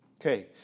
Okay